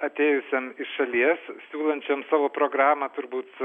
atėjusiam iš šalies siūlančiam savo programą turbūt